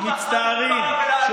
מצטערים, כל מנהיגי אירופה מצטערים.